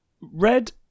Red